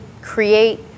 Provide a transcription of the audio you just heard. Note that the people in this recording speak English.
create